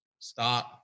Start